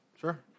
Sure